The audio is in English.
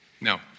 No